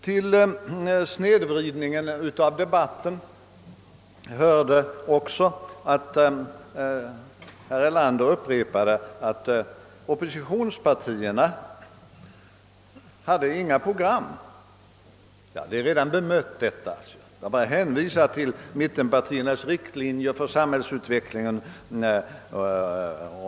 Till snedvridningen av debatten med verkade också herr Erlanders upprepade påståenden att oppositionspartierna inte hade något program. Den saken är redan bemött, och jag kan här bara hänvisa bl.a. till mittenpartiernas riktlinjer för samhällsutvecklingen.